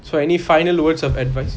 so any final words of advice